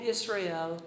Israel